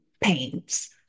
pains